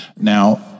Now